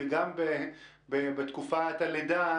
וגם בתקופת הלידה,